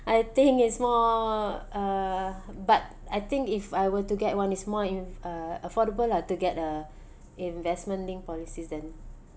I think is more uh but I think if I were to get one is more in~ uh affordable lah to get a investment linked policies than